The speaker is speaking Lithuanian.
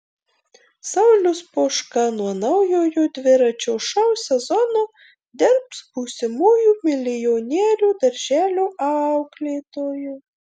saulius poška nuo naujojo dviračio šou sezono dirbs būsimųjų milijonierių darželio auklėtoju